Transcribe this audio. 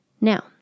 now